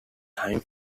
time